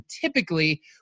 typically